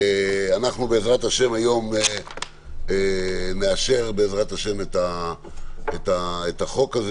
בעזרת השם, היום אנחנו נאשר את החוק הזה.